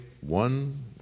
one